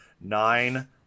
nine